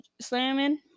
slamming